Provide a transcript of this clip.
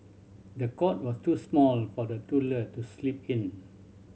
the cot was too small for the toddler to sleep in